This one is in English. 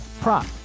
prop